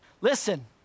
Listen